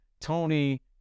Tony